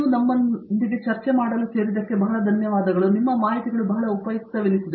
ಪ್ರತಾಪ್ ಹರಿಡೋಸ್ ನಮ್ಮನ್ನು ಸೇರಲು ತುಂಬಾ ಧನ್ಯವಾದಗಳು ಅವುಗಳು ಉಪಯುಕ್ತವೆನಿಸಿದ್ದವು